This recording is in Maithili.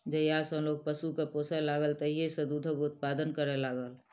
जहिया सॅ लोक पशु के पोसय लागल तहिये सॅ दूधक उत्पादन करय लागल